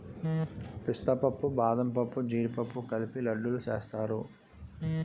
పిస్తా పప్పు బాదంపప్పు జీడిపప్పు కలిపి లడ్డూలు సేస్తారు